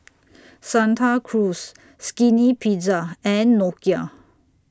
Santa Cruz Skinny Pizza and Nokia